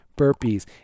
burpees